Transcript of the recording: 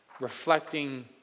reflecting